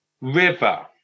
river